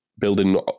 building